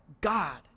God